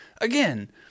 Again